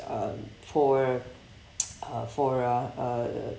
um for uh for a uh